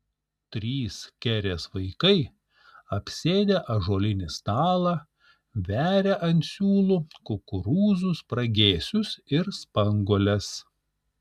trys kerės vaikai apsėdę ąžuolinį stalą veria ant siūlų kukurūzų spragėsius ir spanguoles